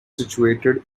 situated